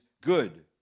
good